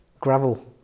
gravel